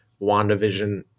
WandaVision